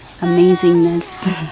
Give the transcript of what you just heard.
amazingness